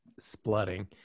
splutting